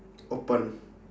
open